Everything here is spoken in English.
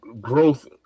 growth